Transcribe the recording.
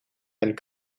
and